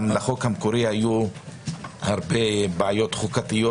גם לחוק המקורי היו הרבה בעיות חוקתיות